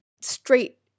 straight